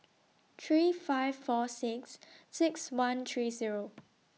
three five four six six one three Zero